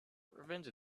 revenge